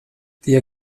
tie